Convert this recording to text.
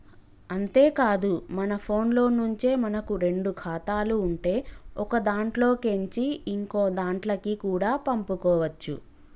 అంతేకాదు మన ఫోన్లో నుంచే మనకు రెండు ఖాతాలు ఉంటే ఒకదాంట్లో కేంచి ఇంకోదాంట్లకి కూడా పంపుకోవచ్చు